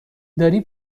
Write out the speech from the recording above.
داری